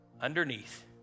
underneath